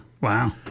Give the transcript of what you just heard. Wow